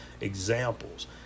examples